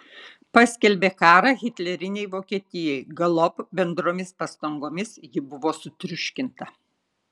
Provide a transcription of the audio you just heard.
paskelbė karą hitlerinei vokietijai galop bendromis pastangomis ji buvo sutriuškinta